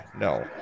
no